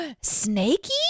snaky